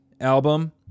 album